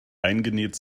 eingenäht